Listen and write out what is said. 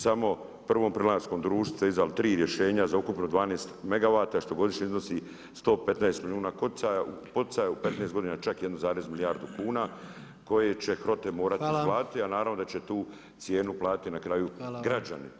Samo prvom plinarskom društvu ste izdali tri rješenja za ukupno 12 megavata što godišnje iznosi 115 milijuna poticaja u 15 godina, čak 1, milijardu kuna koje će HROTE morati isplatiti a naravno da će tu cijenu platiti i na kraju građani.